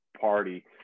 party